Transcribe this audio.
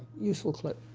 useful clip.